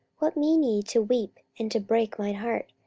what mean ye to weep and to break mine heart?